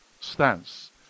stance